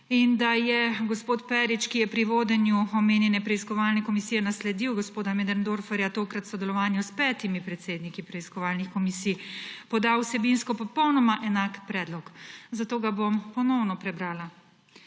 preiskave. Gospod Perič, ki je pri vodenju omenjene preiskovalne komisije nasledil gospoda Möderndorferja, je tokrat v sodelovanju s petimi predsedniki preiskovalnih komisij podal vsebinsko popolnoma enak predlog, zato ga bom ponovno prebrala: